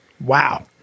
Wow